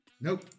Nope